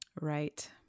Right